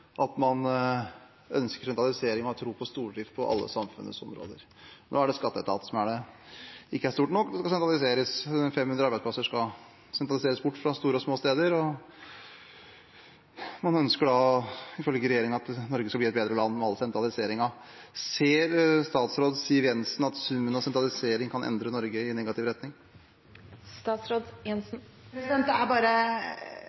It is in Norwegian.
stordrift på alle samfunnets områder. Nå er det skatteetaten som ikke er stor nok – 500 arbeidsplasser skal sentraliseres bort fra store og små steder. Man ønsker ifølge regjeringen at Norge skal bli et bedre land med all sentraliseringen. Ser statsråd Siv Jensen at summen av sentraliseringen kan endre Norge i negativ